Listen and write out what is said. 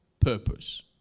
purpose